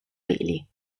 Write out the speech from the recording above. peli